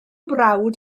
brawd